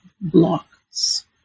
blocks